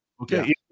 okay